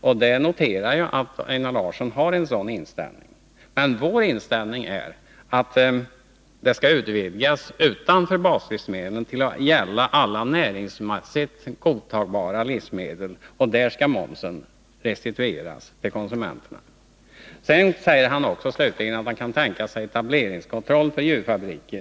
Jag noterar att Einar Larsson har en sådan inställning. Men vår inställning är att det skall utvidgas utanför baslivsmedlen till att gälla alla näringsmässigt godtagbara livsmedel — och där skall momsen restituteras till konsumenter na. Slutligen säger Einar Larsson att han kan tänka sig etableringskontroll för djurfabriker.